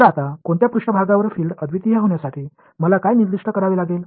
तर आता कोणत्या पृष्ठभागावर फील्ड अद्वितीय होण्यासाठी मला काय निर्दिष्ट करावे लागेल